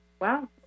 Wow